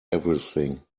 everything